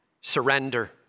surrender